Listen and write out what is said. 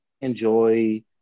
enjoy